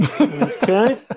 Okay